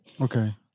Okay